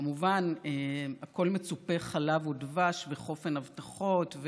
כמובן, הכול מצופה חלב ודבש וחופן הבטחות: